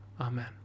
Amen